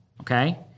okay